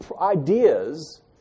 ideas